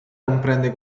comprende